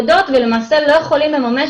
אבל רק במעבדות ולמעשה לא יכולים לממש